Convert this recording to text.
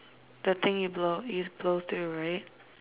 the thing you blow you blow through right